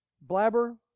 blabber